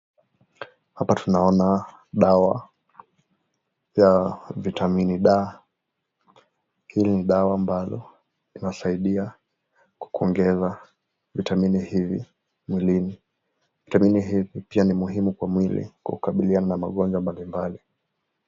Hapa tunaona dawa ya vitamini D. Hii ni dawa ambalo linasaidia kukuongeza vitamini hivi mwilini. Vitamini hivi pia ni muhimu kwa mwili kwa ukabiliana na magonjwa mbalimbali .